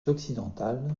occidentales